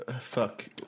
fuck